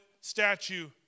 statue